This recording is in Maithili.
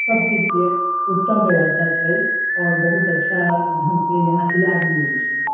सबचीज के उत्तम व्यवस्था छै और बहुत अच्छा ढंग से यहाँ ईलाज भी होइ छै